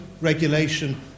regulation